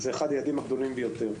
זה אחד היעדים הגדולים ביותר.